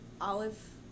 olive